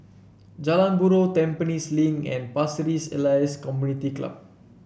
Jalan Buroh Tampines Link and Pasir Ris Elias Community Club